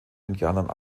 indianern